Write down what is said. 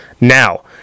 Now